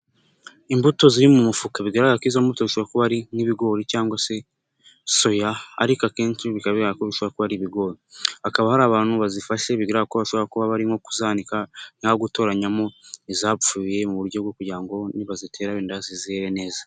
Abantu batatu bari gushyira ibigori mu mufuka ugiye kuzura .